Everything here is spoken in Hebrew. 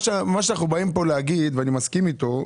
מה שאנחנו באים פה להגיד ואני מסכים איתו,